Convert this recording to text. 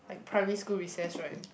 primary school recess right